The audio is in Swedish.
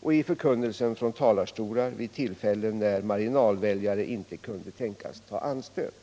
och i förkunnelsen från talarstolar vid tillfällen när marginalväljare inte kunde tänkas ta anstöt.